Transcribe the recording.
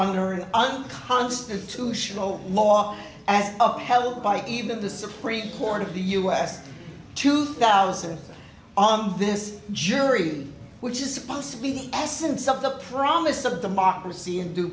under unconstitutional law and upheld by even the supreme court of the u s two thousand on this jury which is supposed to be the absence of the promise of democracy and due